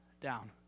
down